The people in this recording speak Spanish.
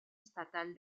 estatal